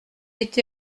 été